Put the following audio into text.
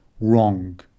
Wrong